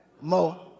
more